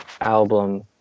album